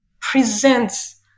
presents